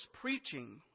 preaching